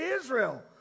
Israel